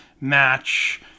match